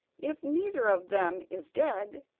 if neither of them is dead,